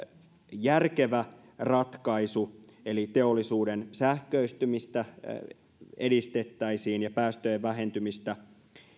järkevä ratkaisu eli teollisuuden sähköistymistä edistettäisiin ja päästöjen vähentymistä